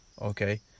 okay